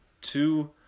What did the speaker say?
two